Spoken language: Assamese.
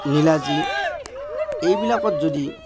নিলাজী এইবিলাকত যদি